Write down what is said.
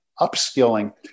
upskilling